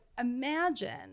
imagine